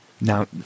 Now